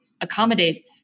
accommodate